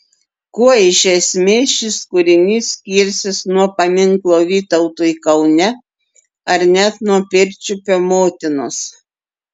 kuo iš esmės šis kūrinys skirsis nuo paminklo vytautui kaune ar net nuo pirčiupio motinos